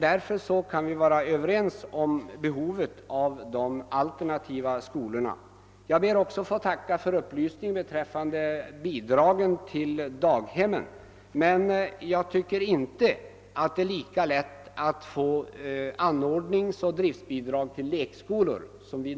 Därför kan vi väl vara överens om behovet av de alternativa skolorna. Jag ber också att få tacka för upplysningen om bidragen till daghemraen. Det är dock inte lika lätt att få anordningsoch driftbidrag till lekskolor.